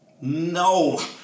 no